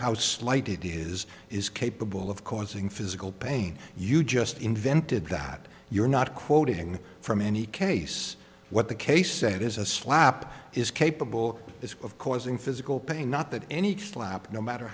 how slight it is is capable of causing physical pain you just invented that you're not quoting from any case what the case said is a slap is capable of causing physical pain not that any slap no matter